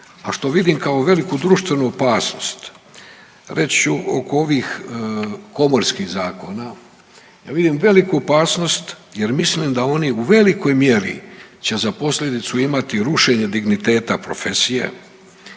a što vidim kao veliku društvenu opasnost. Reći ću oko ovih komorskih zakona, ja vidim veliku opasnost jer mislim da oni u velikoj mjeri će za posljedicu imati rušenje digniteta profesije